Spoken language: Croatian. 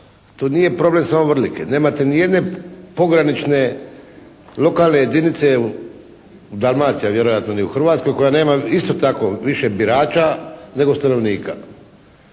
To nije problem samo Vrlike. Nemate ni jedne pogranične lokalne jedinice u Dalmaciji, a vjerojatno ni u Hrvatskoj koja nema isto tako više birača nego stanovnika.